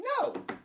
No